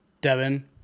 Devin